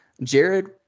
Jared